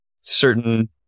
certain